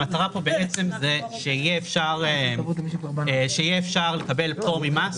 המטרה כאן שיהיה אפשר לקבל פטור ממס